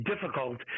difficult